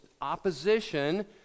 opposition